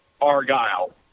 Argyle